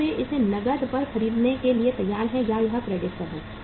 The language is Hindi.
क्या वे इसे नकद पर खरीदने के लिए तैयार हैं या यह क्रेडिट पर है